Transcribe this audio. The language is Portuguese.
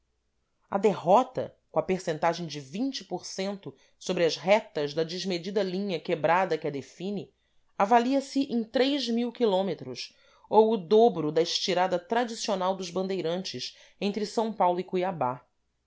a derrota com a percentagem de sobre as retas da desmedida linha quebrada que a define avalia se em km ou o dobro da estrada tradicional dos bandeirantes entre s paulo e cuiabá